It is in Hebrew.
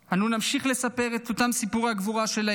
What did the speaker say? אנו נמשיך לספר את אותם סיפורי גבורה שלהם